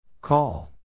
Call